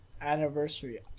anniversary